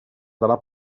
dalla